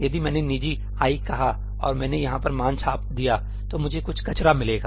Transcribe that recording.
यदि मैंने ' निजी ' कहा और मैंने यहाँ पर मान छाप दिया तो मुझे कुछ कचरा मिलेगा